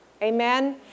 Amen